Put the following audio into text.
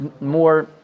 more